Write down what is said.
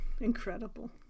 Incredible